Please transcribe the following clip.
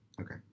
Okay